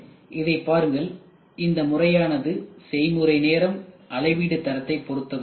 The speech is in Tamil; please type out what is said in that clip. இதை பாருங்கள் இந்த முறையானது செய்முறை நேரம் அளவீடு தரத்தை பொருத்ததாகும்